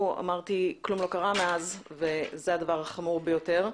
אמרתי שכלום לא קרה מאז וזה הדבר החמור ביותר.